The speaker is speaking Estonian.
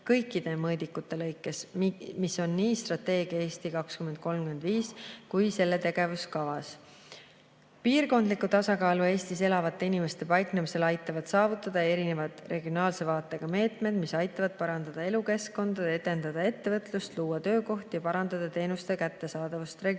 kõikide mõõdikute lõikes, mis on nii strateegias "Eesti 2035" kui ka selle tegevuskavas. Piirkondlikku tasakaalu Eestis elavate inimeste paiknemisel aitavad saavutada erinevad regionaalse vaatega meetmed, mis aitavad parandada elukeskkonda, edendada ettevõtlust, luua töökohti ja parandada teenuste kättesaadavust regioonides.